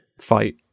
fight